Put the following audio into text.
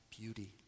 beauty